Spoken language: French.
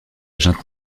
junte